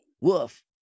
Woof